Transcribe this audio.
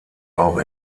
auch